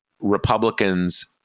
Republicans